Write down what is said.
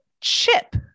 chip